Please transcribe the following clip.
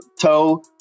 toe